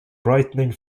brightening